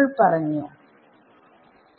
നമ്മൾ പറഞ്ഞു